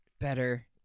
better